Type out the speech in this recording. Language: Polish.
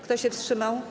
Kto się wstrzymał?